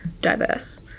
diverse